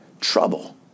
trouble